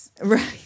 right